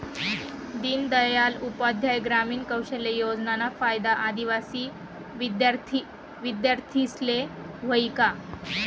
दीनदयाल उपाध्याय ग्रामीण कौशल योजनाना फायदा आदिवासी विद्यार्थीस्ले व्हयी का?